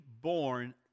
born